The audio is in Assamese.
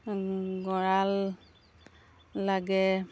গঁৰাল লাগে